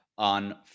On